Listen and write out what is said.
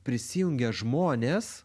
prisijungia žmonės